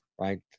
right